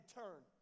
turn